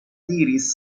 diris